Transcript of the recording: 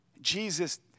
Jesus